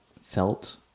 felt